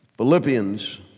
Philippians